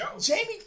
Jamie